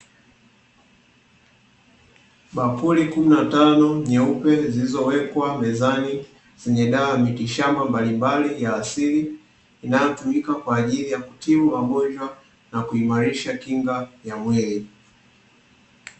Bakuli kumi na tano nyeupe zilizowekwa mezani zenye dawa ya mitishamba mbalimbali ya asili, inayotumika kwa ajili ya kutibu magonjwa na kuimarisha kinga ya mwili.